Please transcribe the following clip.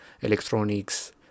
electronics